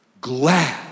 glad